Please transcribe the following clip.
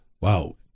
wow